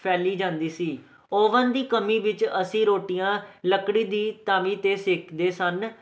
ਫੈਲੀ ਜਾਂਦੀ ਸੀ ਓਵਨ ਦੀ ਕਮੀ ਵਿੱਚ ਅਸੀਂ ਰੋਟੀਆਂ ਲੱਕੜੀ ਦੀ ਤਵੀ 'ਤੇ ਸੇਕਦੇ ਸਨ